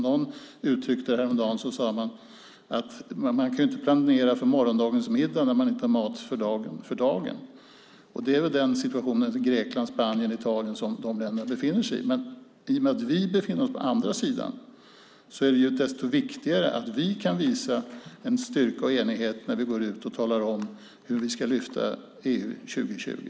Någon uttryckte det häromdagen som att man inte kan planera för morgondagens middag när man inte har mat för dagen, och det är väl den situationen som Grekland, Spanien och Italien befinner sig i. Men i och med att vi befinner oss på andra sidan är det desto viktigare att vi kan visa en styrka och enighet när vi går ut och talar om hur vi ska lyfta EU 2020.